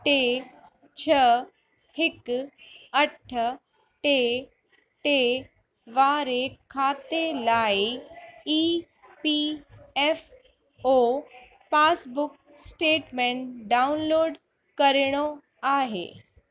टे छह हिक अठ टे टे वारे खाते लाइ E P F O passbook statement download करिणो आहे